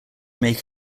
make